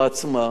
בזירה עצמה.